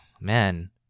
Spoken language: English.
man